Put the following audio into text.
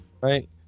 Right